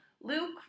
Luke